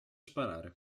sparare